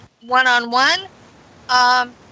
one-on-one